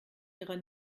ihrer